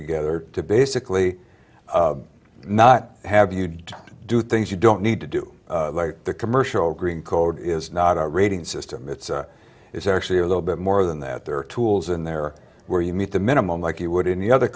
together to basically not have you don't do things you don't need to do like the commercial green code is not a rating system it is actually a little bit more than that there are tools in there where you meet the minimum like you would any other